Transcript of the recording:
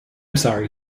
sorry